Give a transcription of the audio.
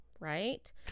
right